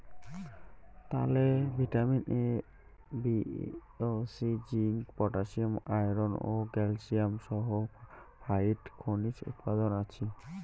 তালে vitamin A, B ও C, zinc, potassium, iron ও ক্যালসিয়াম সহ ফাইক খনিজ উপাদান আছি